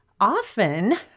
often